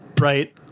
Right